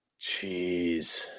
Jeez